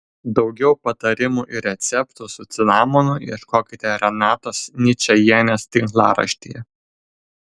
daugiau patarimų ir receptų su cinamonu ieškokite renatos ničajienės tinklaraštyje